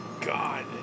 God